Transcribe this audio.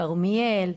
כרמיאל,